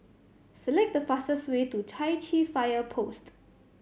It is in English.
select the fastest way to Chai Chee Fire Post